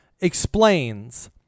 explains